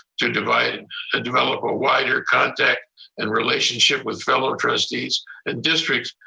to divide, and ah develop a wider contact and relationship with fellow trustees and districts,